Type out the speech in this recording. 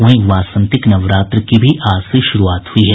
वहीं वासंतिक नवरात्र की भी आज से शुरूआत हुई है